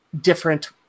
different